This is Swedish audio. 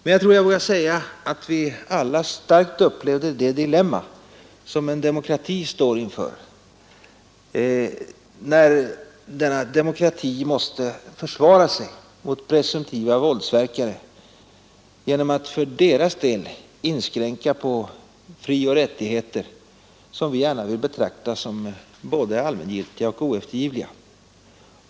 Men jag tror jag vågar säga att vi alla starkt upplevde det dilemma som en demokrati står inför när denna demokrati måste försvara sig mot presumtiva våldsverkare genom att för deras del inskränka på frioch rättigheter som vi gärna vill betrakta som både allmängiltiga och oeftergivliga.